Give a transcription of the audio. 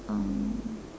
um